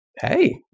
Hey